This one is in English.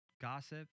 Gossip